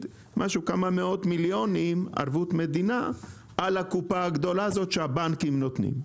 כמה מאות מיליונים על הקופה הגדולה הזו שהבנקים נותנים.